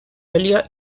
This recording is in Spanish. óleo